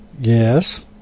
Yes